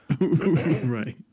Right